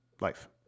life